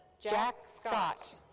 jack scott.